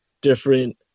different